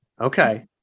Okay